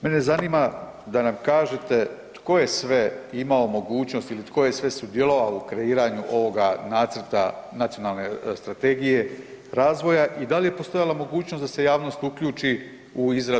Mene zanima da nam kažete tko je sve imao mogućnost ili tko je sve sudjelovao u kreiranju ovoga nacrta Nacionalne strategije razvoja i da li je postojala mogućnost da se javnost uključi u izradu ovog nacrta?